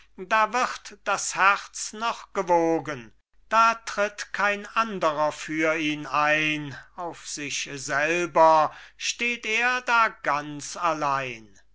da wird das herz noch gewogen da tritt kein anderer für ihn ein auf sich selber steht er da ganz allein